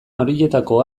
horietako